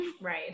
Right